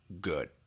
good